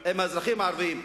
עם האזרחים הערבים,